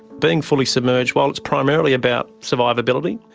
being fully submerged, while it's primarily about survivability,